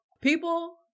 People